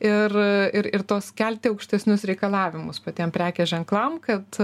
ir ir tuos kelti aukštesnius reikalavimus patiem prekės ženklam kad